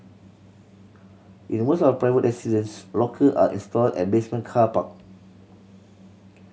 in most of private residences locker are installed at basement car park